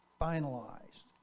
finalized